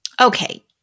Okay